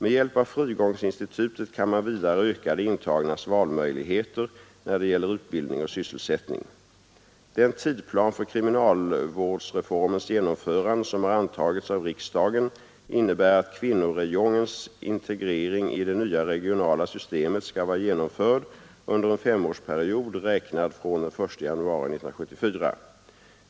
Med hjälp av frigångsinstitutet kan man vidare öka de intagnas valmöjligheter när det gäller utbildning och sysselsättning. Den tidplan för kriminalvårdsreformens genomförande som har antagits av riksdagen innebär att kvinnoräjongens integrering i det nya regionala systemet skall vara genomförd under en femårsperiod räknad från den 1 januari 1974.